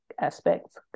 aspects